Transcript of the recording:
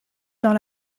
dans